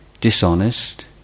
dishonest